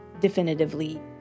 definitively